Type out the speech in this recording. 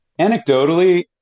Anecdotally